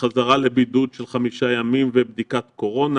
חזרה לבידוד של חמישה ימים ובדיקת קורונה.